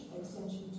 extension